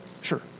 Sure